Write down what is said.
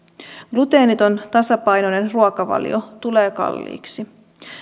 gluteeniton tasapainoinen ruokavalio tulee kalliiksi